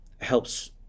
helps